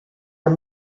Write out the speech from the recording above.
are